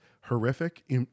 horrific